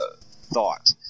thought